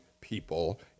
people